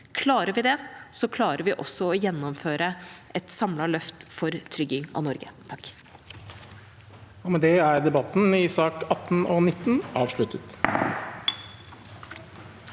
Klarer vi det, klarer vi å gjennomføre et samlet løft for trygging av Norge.